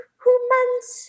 humans